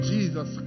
Jesus